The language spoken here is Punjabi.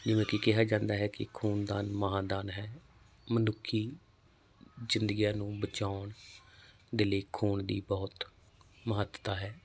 ਜਿਵੇਂ ਕਿ ਕਿਹਾ ਜਾਂਦਾ ਹੈ ਕਿ ਖੂਨਦਾਨ ਮਹਾਂ ਦਾਨ ਹੈ ਮਨੁੱਖੀ ਜ਼ਿੰਦਗੀਆਂ ਨੂੰ ਬਚਾਉਣ ਦੇ ਲਈ ਖੂਨ ਦੀ ਬਹੁਤ ਮਹੱਤਤਾ ਹੈ